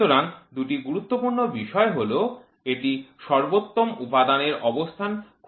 সুতরাং দুটি গুরুত্বপূর্ণ বিষয় হল এটি সর্বোত্তম উপাদানের অবস্থান খোঁজ করতে পারবে